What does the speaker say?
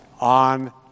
on